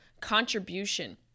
contribution